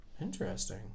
Interesting